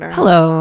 Hello